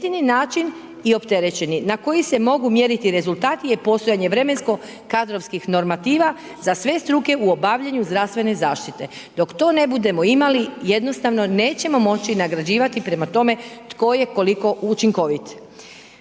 Jedini način i opterećeni na koji se mogu mjeriti rezultati je postojanje vremensko-kadrovskih normativa za sve struke u obavljanju zdravstvene zaštite. Dok to ne budemo imali jednostavno nećemo moći nagrađivati prema tome tko je koliko učinkovit.